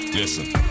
Listen